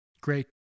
Great